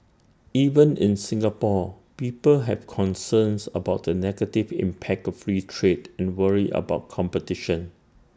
even in Singapore people have concerns about the negative impact of free trade and worry about competition